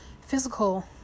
physical